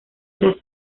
tras